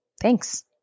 Thanks